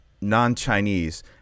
non-Chinese